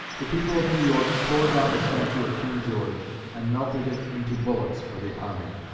the people of new york tore down a statue of king george and melted it into bullets for the army.